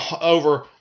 over